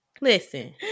Listen